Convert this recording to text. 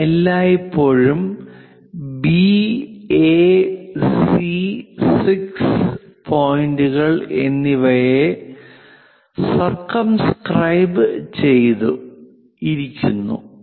അത് എല്ലായ്പ്പോഴും B A C 6 B A C 6 പോയിന്റുകൾ എന്നിവയെ സർകംസ്ക്രൈബ് ചെയ്തു ഇരിക്കുന്നു